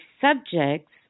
subjects